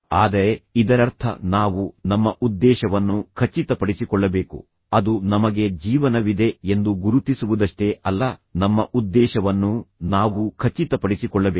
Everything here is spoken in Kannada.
ಆದರೆ ಇದರರ್ಥ ನಾವು ನಮ್ಮ ಉದ್ದೇಶವನ್ನು ಖಚಿತಪಡಿಸಿಕೊಳ್ಳಬೇಕು ಅದು ನಮಗೆ ಜೀವನವಿದೆ ಎಂದು ಗುರುತಿಸುವುದಷ್ಟೇ ಅಲ್ಲ ನಮ್ಮ ಉದ್ದೇಶವನ್ನೂ ನಾವು ಖಚಿತಪಡಿಸಿಕೊಳ್ಳಬೇಕು